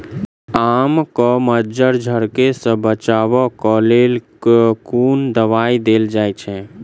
आम केँ मंजर झरके सऽ बचाब केँ लेल केँ कुन दवाई देल जाएँ छैय?